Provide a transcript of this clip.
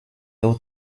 aux